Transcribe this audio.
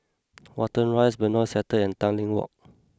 Watten Rise Benoi Sector and Tanglin Walk